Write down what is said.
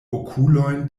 okuloj